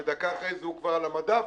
ודקה אחרי הוא כבר על המדף,